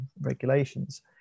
regulations